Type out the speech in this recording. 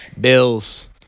Bills